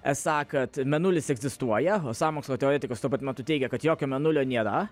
esą kad mėnulis egzistuoja o sąmokslo teoretikas tuo pat metu teigia kad jokio mėnulio nėra